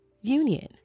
union